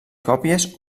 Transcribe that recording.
còpies